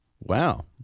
Wow